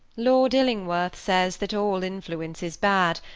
lord illingworth says that all influence is bad,